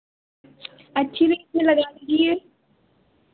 अच्छी रेट में लगा लीजिए